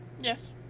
Yes